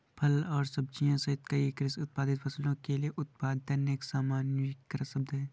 फल और सब्जियां सहित कई कृषि उत्पादित फसलों के लिए उत्पादन एक सामान्यीकृत शब्द है